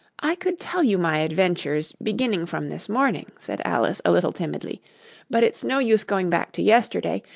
i could tell you my adventures beginning from this morning said alice a little timidly but it's no use going back to yesterday,